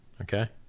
Okay